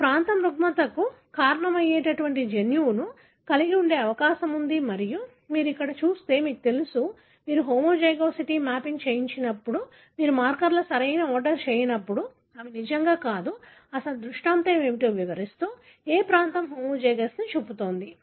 ఈ ప్రాంతం రుగ్మతకు కారణమయ్యే జన్యువును కలిగి ఉండే అవకాశం ఉంది మరియు మీరు ఇక్కడ చూస్తే మీకు తెలుసు మీరు హోమోజైగోసిటీ మ్యాపింగ్ చేయనప్పుడు మీరు మార్కర్ల సరైన ఆర్డర్ చేయనప్పుడు అవి నిజంగా కాదు అసలు దృష్టాంతం ఏమిటో వివరిస్తూ ఏ ప్రాంతం హోమోజైగస్ని చూపుతోంది